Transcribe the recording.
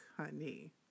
honey